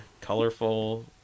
colorful